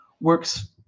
works